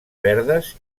verdes